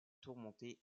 tourmenté